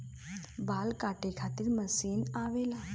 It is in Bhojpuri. बाल काटे खातिर मशीन आवेला